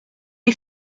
est